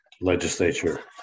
legislature